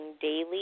daily